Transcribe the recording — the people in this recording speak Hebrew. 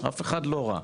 אף אחד לא רע,